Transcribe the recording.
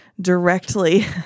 Directly